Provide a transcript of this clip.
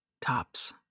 Tops